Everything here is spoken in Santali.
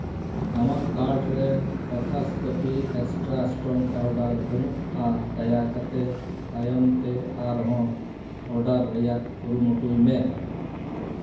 ᱟᱢᱟᱜ ᱠᱟᱨᱴ ᱨᱮ ᱠᱟᱛᱷᱟᱥ ᱠᱚᱯᱷᱤ ᱮᱠᱥᱴᱨᱟ ᱥᱴᱨᱚᱝ ᱯᱟᱣᱰᱟᱨ ᱵᱟᱹᱱᱩᱜᱼᱟ ᱫᱟᱭᱟ ᱠᱟᱛᱮᱫ ᱛᱟᱭᱚᱢ ᱛᱮ ᱟᱨᱦᱚᱸ ᱚᱰᱟᱨ ᱨᱮᱭᱟᱜ ᱠᱩᱨᱩᱢᱩᱴᱩᱭ ᱢᱮ